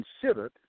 considered